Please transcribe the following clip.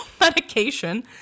medication